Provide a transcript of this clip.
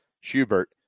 Schubert